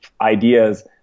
ideas